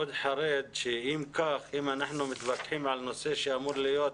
אם אנחנו מתווכחים על נושא שאמור להיות